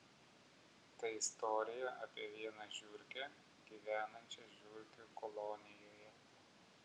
tai istorija apie vieną žiurkę gyvenančią žiurkių kolonijoje